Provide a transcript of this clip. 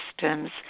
systems